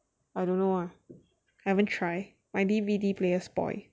I don't know ah I haven't try my D_V_D player spoil